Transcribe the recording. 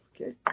Okay